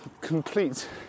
complete